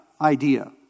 idea